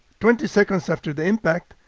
twenty seconds after the impact,